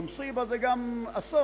אבל מוס'יבה זה גם "אסון".